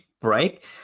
break